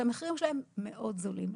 שהמחירים שלהם מאוד זולים.